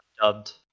dubbed